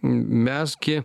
mes gi